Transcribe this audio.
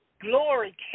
glory